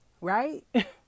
Right